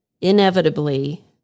inevitably